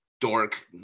dork